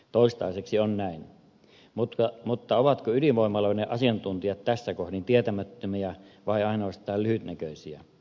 toistaiseksi on näin mutta ovatko ydinvoimaloiden asiantuntijat tässä kohdin tietämättömiä vai ainoastaan lyhytnäköisiä